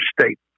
state